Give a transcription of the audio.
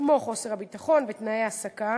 כמו חוסר הביטחון ותנאי ההעסקה,